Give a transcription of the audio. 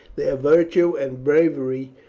their virtue, and bravery.